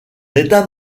état